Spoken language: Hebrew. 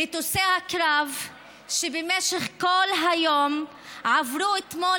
מטוסי הקרב שבמשך כל היום עברו אתמול